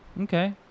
okay